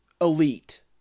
elite